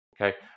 Okay